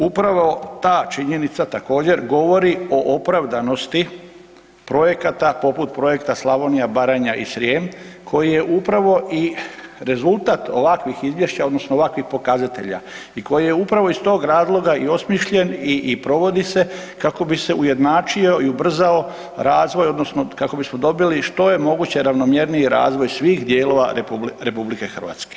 Upravo ta činjenica također govori o opravdanosti projekata poput projekta Slavonija, Baranja i Srijem koji je upravo i rezultat ovakvih izvješća odnosno pokazatelja i koje je upravo iz tog razloga i osmišljen i provodi se kako bi se ujednačio i ubrzao razvoj odnosno kako bismo dobili što je moguće ravnomjerniji razvoj svih dijelova RH.